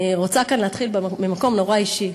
אני רוצה כאן להתחיל ממקום נורא אישי,